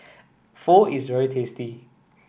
Pho is very tasty